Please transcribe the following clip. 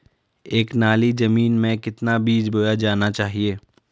एक नाली जमीन में कितना बीज बोया जाना चाहिए?